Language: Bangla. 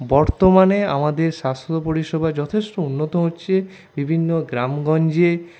বর্তমানে আমাদের স্বাস্থ্য পরিষেবা যথেষ্ট উন্নত হচ্ছে বিভিন্ন গ্রামগঞ্জে